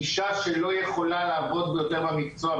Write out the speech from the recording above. אישה שלא יכולה לעבוד יותר במקצוע,